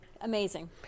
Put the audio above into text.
Amazing